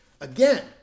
Again